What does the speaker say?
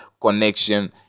connection